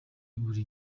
buri